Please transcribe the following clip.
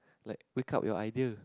like wake up your idea